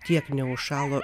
tiek neužšalo